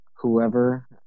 Whoever